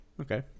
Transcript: okay